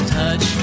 touch